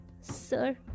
Sir